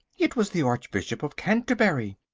it was the archbishop of canterbury!